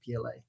PLA